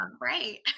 Right